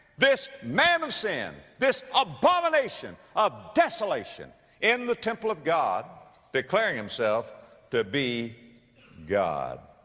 this man of sin, this abomination of desolation in the temple of god declaring himself to be god.